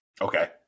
Okay